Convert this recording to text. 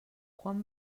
quan